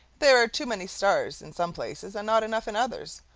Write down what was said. there are too many stars in some places and not enough in others,